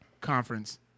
conference